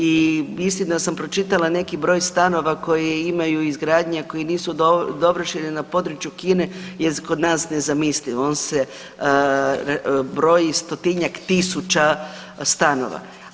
I mislim da sam pročitala neki broj stanova koje imaju izgradnja, koji nisu dovršeni na području Kine jest kod nas nezamislivo, on se broji stotinjak tisuća stanova.